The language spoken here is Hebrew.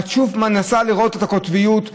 איך אתה לוקח את זה לשם?